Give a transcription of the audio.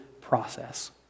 process